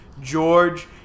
George